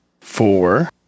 four